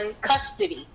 custody